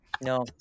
No